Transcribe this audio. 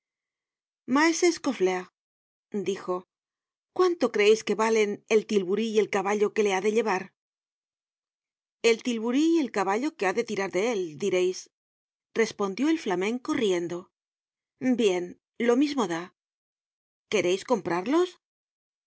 maese scauflaire dijo cuánto creeis que valen el tilburí y el caballo que le ha de llevar el tilburí y el caballo que ha de tirar de él direis respondió el flamenco riendo bien lo mismo da quereis comprarlos